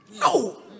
no